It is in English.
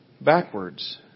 backwards